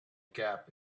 gap